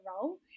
role